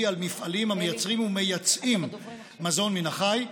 על מפעלים המייצרים ומייצאים מזון מן החי,